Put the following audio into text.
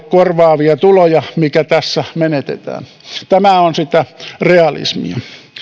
korvaavia tuloja sille summalle mikä tässä menetetään tämä on sitä realismia